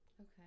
okay